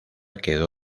quedó